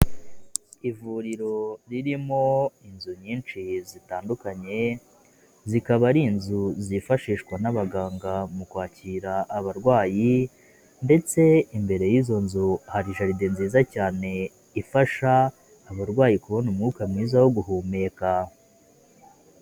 Ivuriro ririmo inzu nyinshi zitandukanye zikaba ari inzu zifashishwa n'abaganga mu kwakira abarwayi ndetse imbere y'izo nzu hari jaride nziza cyane ifasha abarwayi kubona umwuka mwiza wo guhumeka.